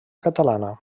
catalana